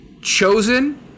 Chosen